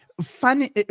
funny